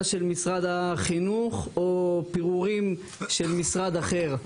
של משרד החינוך או פירורים של משרד אחר.